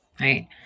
right